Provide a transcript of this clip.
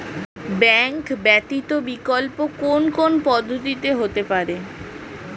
Bank ব্যতীত বিকল্প কোন কোন পদ্ধতিতে হতে পারে?